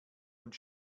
und